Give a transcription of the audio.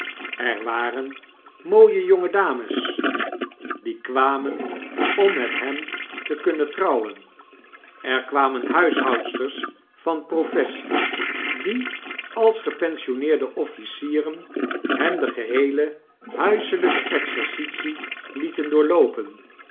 er waren mooie jonge dames die kwamen om met hem te kunnen trouwen er kwamen huishoudsters van professie die als gepensioneerde officieren hem de geheele huiselyke exercitie lieten doorloopen